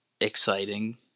exciting